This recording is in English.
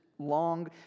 Long